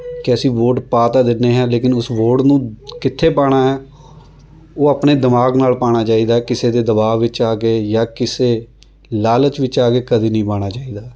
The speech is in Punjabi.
ਕਿ ਅਸੀਂ ਵੋਟ ਪਾ ਤਾਂ ਦਿੰਦੇ ਹਾਂ ਲੇਕਿਨ ਉਸ ਵੋਟ ਨੂੰ ਕਿੱਥੇ ਪਾਉਣਾ ਹੈ ਉਹ ਆਪਣੇ ਦਿਮਾਗ਼ ਨਾਲ਼ ਪਾਉਣਾ ਚਾਹੀਦਾ ਕਿਸੇ ਦੇ ਦਬਾਅ ਵਿੱਚ ਆ ਕੇ ਜਾਂ ਕਿਸੇ ਲਾਲਚ ਵਿੱਚ ਆ ਕੇ ਕਦੇ ਨਹੀਂ ਪਾਉਣਾ ਚਾਹੀਦਾ